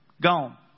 Gone